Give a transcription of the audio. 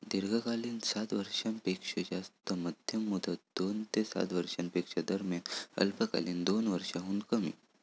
दीर्घकालीन सात वर्षांपेक्षो जास्त, मध्यम मुदत दोन ते सात वर्षांच्यो दरम्यान, अल्पकालीन दोन वर्षांहुन कमी